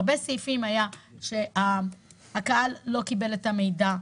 בהרבה סעיפים היה כתוב שהקהל לא קיבל את המידע.